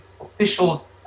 officials